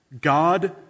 God